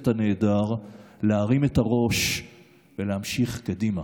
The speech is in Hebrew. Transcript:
הנהדר להרים את הראש ולהמשיך קדימה,